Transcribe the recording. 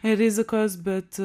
rizikos bet